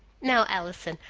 now, allison,